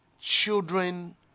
children